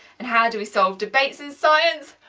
and how do we solve debates in science?